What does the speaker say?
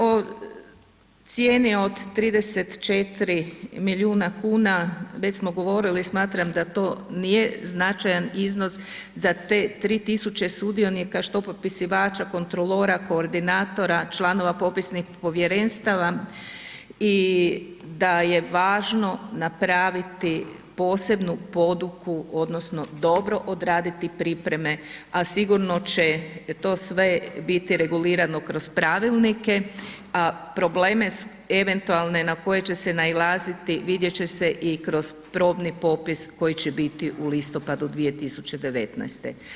O cijeni od 34 milijuna kuna, već smo govorili, smatram da to nije značajan iznos za te 3 tisuće sudionika, što popisivača, kontrolora, koordinatora, članova popisnih povjerenstava i da je važno napraviti posebnu poduku odnosno dobro odraditi pripreme a sigurno će to sve biti regulirano kroz pravilnike a probleme eventualne na koje će se nailaziti vidjeti će se i kroz probni popis koji će biti u listopadu 2019.